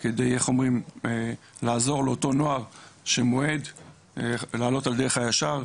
כדי לעזור לאותו נוער שמועד לעלות על דרך הישר.